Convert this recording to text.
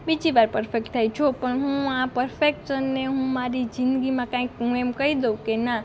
બીજી વાર પરફેક્ટ થાય જો પણ હું આ પરફેક્શનને હું મારી જિંદગીમાં કંઇક હું એમ કહી દઉં કે ના